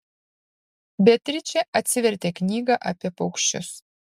beatričė atsivertė knygą apie paukščius